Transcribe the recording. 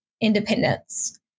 independence